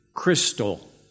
crystal